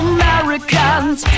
Americans